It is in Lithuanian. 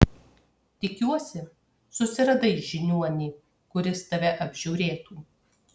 tikiuosi susiradai žiniuonį kuris tave apžiūrėtų